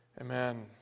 amen